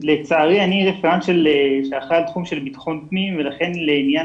לצערי אני אחראי על תחום ביטחון פנים ולכן לעניין